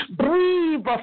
breathe